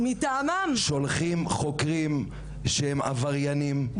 שולחים חוקרים שהם עבריינים,